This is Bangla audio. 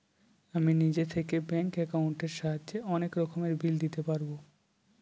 আমি নিজে থেকে ব্যাঙ্ক একাউন্টের সাহায্যে অনেক রকমের বিল দিতে পারবো